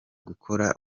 gukora